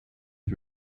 yet